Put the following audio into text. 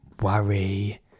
worry